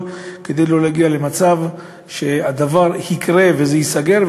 כדי לא להגיע למצב שהדבר יקרה וזה ייסגר.